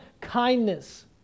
kindness